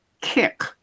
Kick